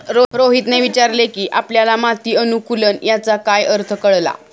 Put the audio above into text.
रोहितने विचारले की आपल्याला माती अनुकुलन याचा काय अर्थ कळला?